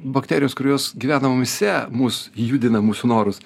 bakterijos kurios gyvena mumyse mus judina mūsų norus